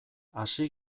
hasi